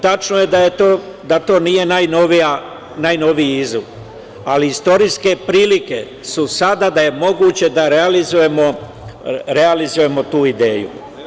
Tačno je da to nije najnoviji izum, ali istorijske prilike su sada da je moguće da realizujemo tu ideju.